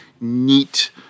neat